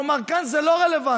כלומר כאן זה לא רלוונטי.